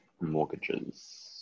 mortgages